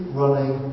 running